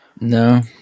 No